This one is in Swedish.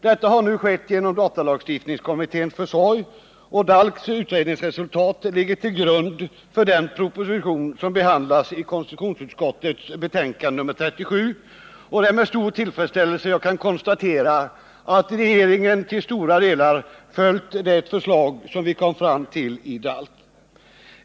Detta har nu skett genom datalagstiftningskommitténs försorg, och DALK:s utredningsresultat ligger till grund för den proposition som behandlas i konstitutionsutskottets betänkande nr 37. Och det är med stor tillfredsställelse jag kan konstatera att regeringen till stora delar följt det förslag som vi kom fram till i DALK.